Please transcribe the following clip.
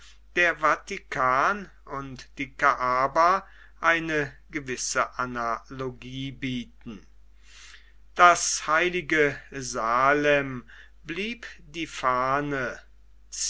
der vatikan und die kaaba eine gewisse analogie bieten das heilige salem blieb die fahne